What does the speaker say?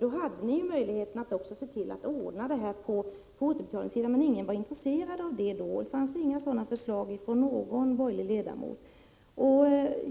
Då hade ni ju möjlighet att lösa dessa problem även på återbetalningssidan. Men ingen var då intresserad av detta. Det förelåg inte några förslag om detta från någon borgerlig ledamot.